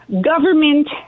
government